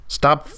stop